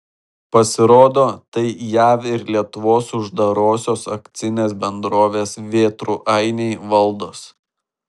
pasirodo tai jav ir lietuvos uždarosios akcinės bendrovės vėtrų ainiai valdos